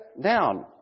down